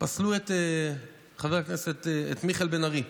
פסלו את חבר הכנסת מיכאל בן ארי,